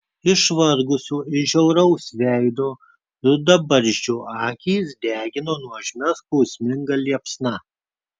išvargusio ir žiauraus veido rudabarzdžio akys degino nuožmia skausminga liepsna